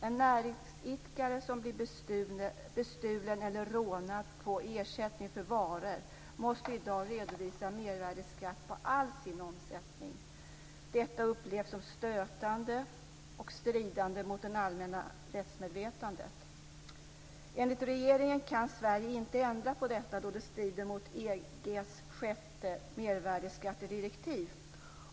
En näringsidkare som blir bestulen eller rånad på ersättning för varor måste i dag redovisa mervärdesskatt på all sin omsättning. Detta upplevs som stötande och stridande mot det allmänna rättsmedvetandet. Enligt regeringen kan Sverige inte ändra på detta då det strider mot EG:s sjätte mervärdesskattedirektiv.